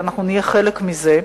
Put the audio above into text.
אנחנו נהיה חלק מזה.